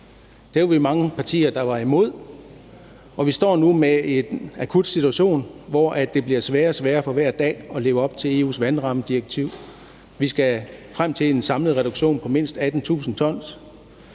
Det var vi mange partier, der var imod, og vi står nu med en akut situation, hvor det for hver dag bliver sværere og sværere at leve op til EU's vandrammedirektiv. Vi skal frem til en samlet reduktion på mindst 18.000 tons,